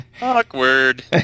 awkward